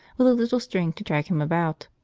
with a little string to drag him about.